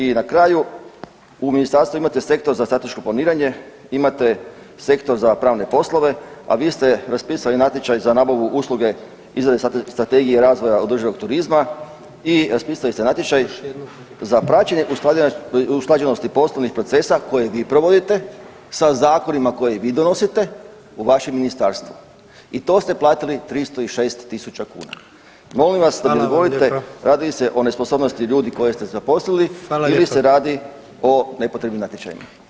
I na kraju, u ministarstvu imate Sektor za strateško planiranje, imate Sektor za pravne poslove, a vi ste raspisali natječaj za nabavu usluge izrade Strategije razvoja održivog turizma i raspisali ste natječaj za praćenje usklađenosti poslovnih procesa koje vi provodite sa zakonima koje vi donosite u vašem ministarstvu i to ste platili 306.000 kuna [[Upadica predsjednik: Hvala vam lijepa.]] Molim vas da mi odgovorite radi li se o nesposobnosti ljudi koje ste zaposlili ili [[Upadica predsjednik: Hvala vam lijepa.]] se radi o nepotrebnim natječajima?